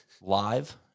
live